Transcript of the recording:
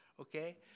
Okay